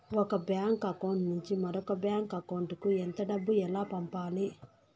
ఒక bank account నుంచి మరొక బ్యాంకు అకౌంట్ కు ఎంత డబ్బు ఎలా పంపాలి